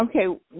Okay